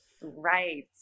Right